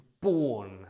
Born